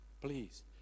please